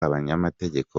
abanyamategeko